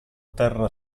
terra